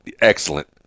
excellent